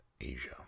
Asia